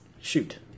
shoot